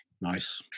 Nice